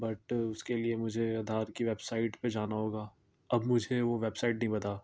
but اس کے لیے مجھے آدھار کی ویب سائٹ پہ جانا ہوگا اب مجھے وہ ویب سائٹ نہیں بتالا